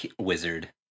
Wizard